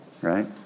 Right